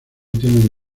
tienen